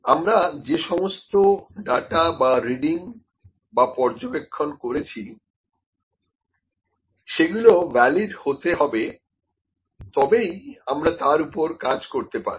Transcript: আমরা যে সমস্ত ডাটা বা রিডিং বা পর্যবেক্ষণ করেছি সেগুলো ভ্যালিড হতে হবে তবেই আমরা তার উপরে কাজ করতে পারব